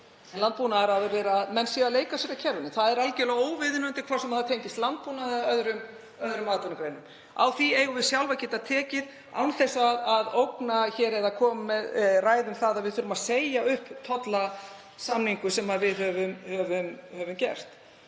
inn landbúnaðarafurðir séu að leika sér að kerfinu. Það er algjörlega óviðunandi hvort sem það tengist landbúnaði eða öðrum atvinnugreinum. Á því eigum við sjálf að geta tekið án þess að ógna eða ræða um það að við þurfum að segja upp tollasamningum sem við höfum gert.